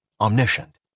omniscient